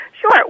Sure